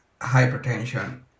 hypertension